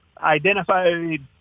identified